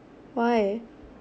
why